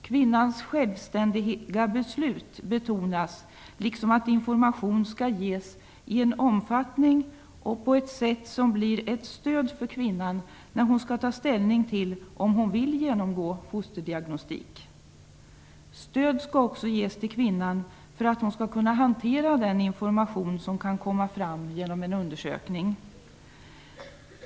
Kvinnans självständiga beslut betonas liksom att information skall ges i en omfattning och på ett sätt som blir ett stöd för kvinnan när hon skall ta ställning till om hon vill genomgå fosterdiagnostik. Stöd skall också ges till kvinnan för att hon skall kunna hantera den information som kan komma fram genom en undersökning.